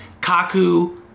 Kaku